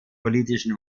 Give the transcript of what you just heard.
politischen